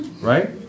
right